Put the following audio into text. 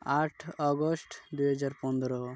ଆଠ ଅଗଷ୍ଟ ଦୁଇହଜାର ପନ୍ଦର